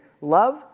love